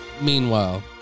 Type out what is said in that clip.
meanwhile